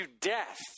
death